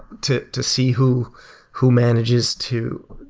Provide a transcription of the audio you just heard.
to to see who who manages to